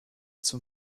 zum